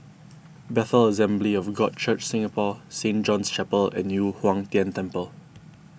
Bethel Assembly of God Church Singapore Saint John's Chapel and Yu Huang Tian Temple